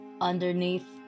underneath